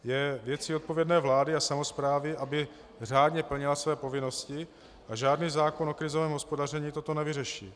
Je věcí odpovědné vlády a samosprávy, aby řádně plnila své povinnosti, a žádný zákon o krizovém hospodaření toto nevyřeší.